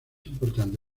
importante